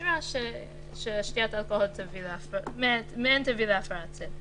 לסתירה ששתיית אלכוהול תביא להפרעת סדר.